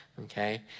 Okay